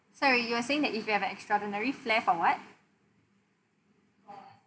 sorry you were saying that if you have an extraordinary flair for what